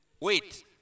Wait